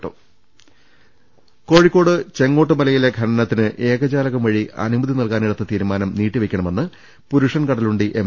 രുട്ടിട്ട്ട്ട്ട്ട്ട്ട കോഴിക്കോട് ചെങ്ങോട്ടുമലയിലെ ഖനനത്തിന് ഏകജാലകം വഴി അനു മതി നൽകാനെടുത്ത തീരുമാനം നീട്ടിവെയ്ക്കണമെന്ന് പുരുഷൻ കടലുണ്ടി എം